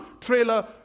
trailer